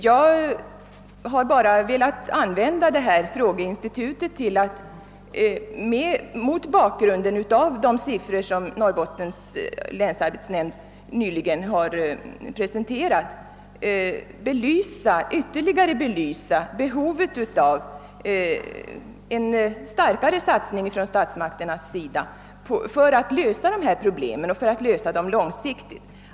Jag har bara velat använda detta frågeinstitut till att mot bakgrunden av de siffror som Norrbottens länsarbetsnämnd nyligen har presenterat ytterligare belysa behovet av en starkare satsning från statsmakterna för att lösa de här arbetslöshetsproblemen och för att lösa dem långsiktigt.